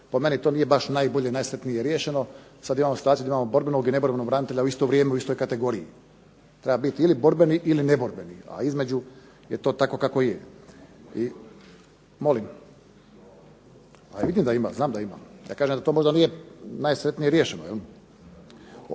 Po meni to nije baš najbolje i najsretnije riješeno. Sad imamo situaciju da imamo borbenog i neborbenog branitelja u isto vrijeme u istoj kategoriji. Treba biti ili borbeni ili neborbeni, a između je to tako kako je. Molim? A vidim da ima, znam da ima. Ja kažem da to možda nije najsretnije riješeno.